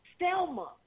Stelma